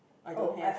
I don't have